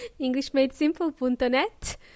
EnglishMadeSimple.net